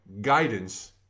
guidance